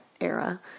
era